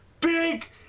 big